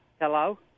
Hello